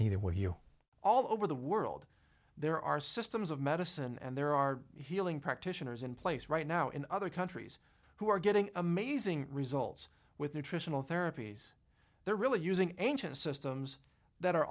neither will you all over the world there are systems of medicine and there are healing practitioners in place right now in other countries who are getting amazing results with nutritional therapies they're really using ancient systems that are